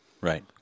right